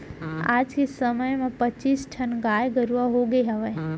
आज के समे म पच्चीस ठन गाय गरूवा होगे हवय